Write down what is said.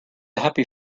happy